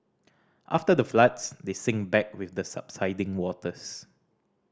after the floods they sink back with the subsiding waters